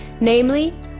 Namely